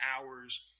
hours